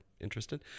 interested